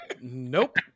Nope